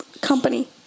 company